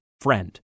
Friend